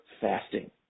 fasting